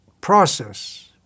process